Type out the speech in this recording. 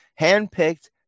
handpicked